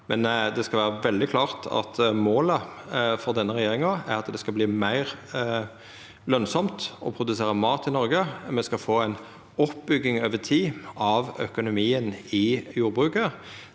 men det skal vera veldig klart at målet for denne regjeringa er at det skal verta meir lønsamt å produsera mat i Noreg, og me skal få ei oppbygging over tid av økonomien i jordbruket.